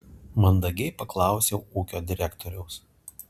mandagiai paklausiau ūkio direktoriaus